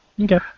Okay